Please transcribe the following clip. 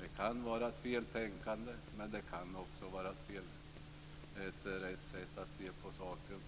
Det kan vara ett feltänkande. Men det kan också vara rätt sätt att se på saken.